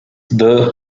deux